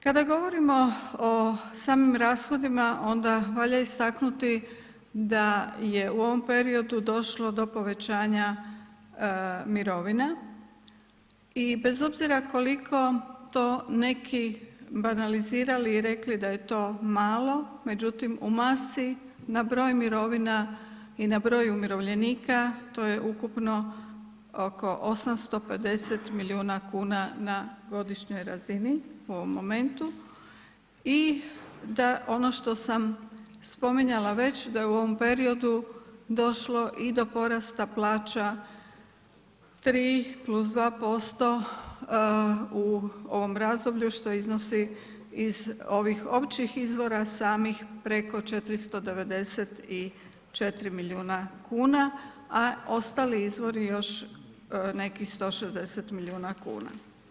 Kada govorimo o samim rashodima onda valja istaknuti da je u ovom periodu došlo do povećanja mirovina i bez obzira koliko to neki banalizirali i rekli da je to malo međutim u masi na broj mirovina i na broj umirovljenika to je ukupno oko 850 milijuna kuna na godišnjoj razini u ovom momentu i da ono što sam spominjala već da je u ovom periodu došlo i do porasta plaća 3+2% u ovom razdoblju što iznosi iz ovih općih izvora samih preko 494 milijuna kuna a ostali izvori još nekih 160 milijuna kuna.